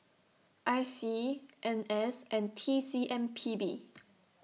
I C N S and T C M P B